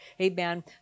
Amen